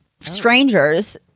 strangers